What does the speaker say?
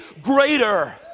greater